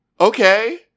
okay